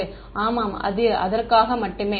மாணவர் ஆமாம் இது அதற்காக மட்டுமே